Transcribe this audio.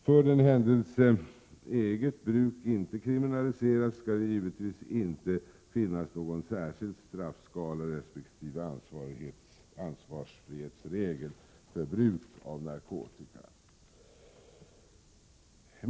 För den händelse eget bruk inte kriminaliseras, skall det givetvis inte finnas någon särskild straffskala resp. ansvarsfrihetsregel för bruk av narkotika.